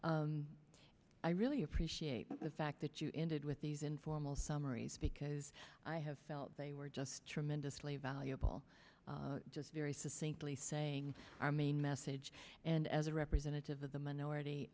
i really appreciate the fact that you ended with these informal summaries because i have felt they were just tremendously valuable just very succinctly saying our main message and as a representative of the